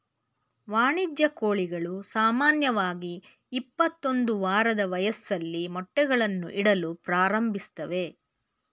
ವಾಣಿಜ್ಯ ಕೋಳಿಗಳು ಸಾಮಾನ್ಯವಾಗಿ ಇಪ್ಪತ್ತೊಂದು ವಾರದ ವಯಸ್ಸಲ್ಲಿ ಮೊಟ್ಟೆಗಳನ್ನು ಇಡಲು ಪ್ರಾರಂಭಿಸ್ತವೆ